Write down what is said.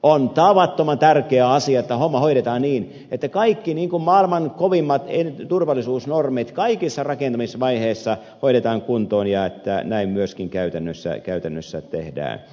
on tavattoman tärkeä asia että homma hoidetaan niin että kaikki maailman kovimmat turvallisuusnormit kaikissa rakentamisvaiheissa hoidetaan kuntoon ja että näin myöskin käytännössä tehdään